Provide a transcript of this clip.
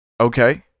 Okay